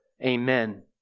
Amen